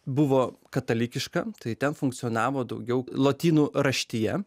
buvo katalikiška tai ten funkcionavo daugiau lotynų raštija